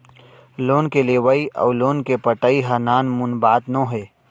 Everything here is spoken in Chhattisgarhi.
लोन के लेवइ अउ लोन के पटाई ह नानमुन बात नोहे